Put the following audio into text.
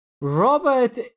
Robert